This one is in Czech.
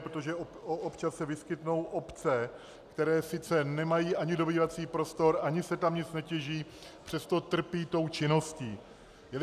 Protože občas se vyskytnou obce, které sice nemají ani dobývací prostor ani se tam nic netěží, přesto tou činností trpí.